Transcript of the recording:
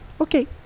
Okay